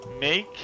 Make